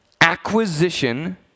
acquisition